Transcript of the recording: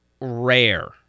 rare